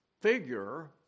figure